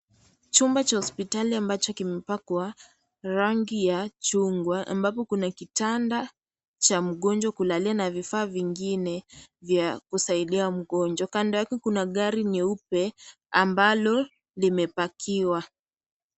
Chumba cha hospitali ambacho kimepakwa rangi ya chungwa ambao kuna kitanda cha mgonjwa kulalia na vifaa vingine vya kusaidia mgonjwa. Kando yake kuna gari nyeupe ambalo limepakiwa.